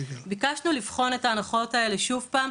ביקשנו לבחון את ההנחות האלה שוב פעם.